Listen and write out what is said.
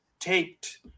Taped